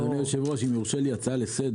אדוני היושב-ראש, אם יורשה לי הצעה לסדר.